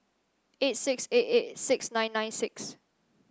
eight six eight eight six nine nine six